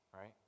right